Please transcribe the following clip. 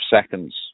seconds